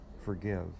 forgive